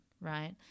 right